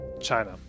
China